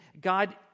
God